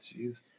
Jeez